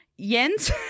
Jens